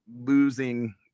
losing